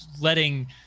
letting